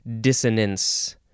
dissonance